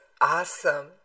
awesome